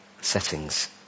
settings